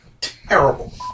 terrible